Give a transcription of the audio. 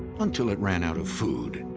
until it ran out of food.